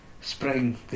Spring